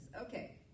okay